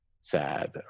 sad